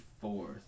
fourth